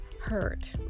hurt